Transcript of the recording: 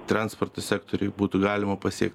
transporto sektoriui būtų galima pasiekt